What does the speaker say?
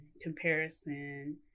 comparison